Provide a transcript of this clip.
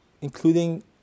including